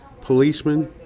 policemen